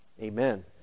Amen